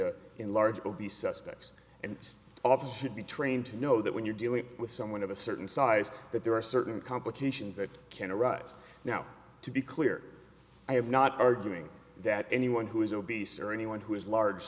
in large of these suspects and officers should be trained to know that when you're dealing with someone of a certain size that there are certain complications that can arise now to be clear i have not arguing that anyone who is obese or anyone who is large